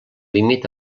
límit